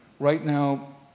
right now,